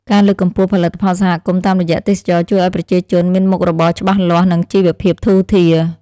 ការលើកកម្ពស់ផលិតផលសហគមន៍តាមរយៈទេសចរណ៍ជួយឱ្យប្រជាជនមានមុខរបរច្បាស់លាស់និងជីវភាពធូរធារ។